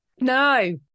No